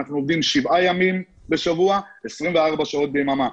אנחנו עובדים שבעה ימים בשבוע 24 שעות ביממה.